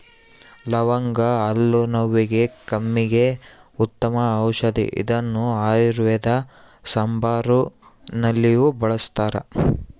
ಲವಂಗ ಹಲ್ಲು ನೋವಿಗೆ ಕೆಮ್ಮಿಗೆ ಉತ್ತಮ ಔಷದಿ ಇದನ್ನು ಆಯುರ್ವೇದ ಸಾಂಬಾರುನಲ್ಲಿಯೂ ಬಳಸ್ತಾರ